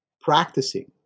practicing